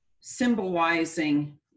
symbolizing